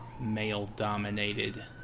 male-dominated